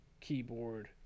keyboard